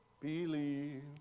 Believe